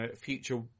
future